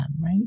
Right